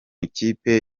ikipe